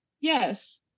Yes